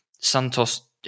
Santos